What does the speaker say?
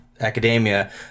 academia